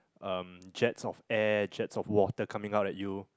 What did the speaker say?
um jets of air jets of water coming out at you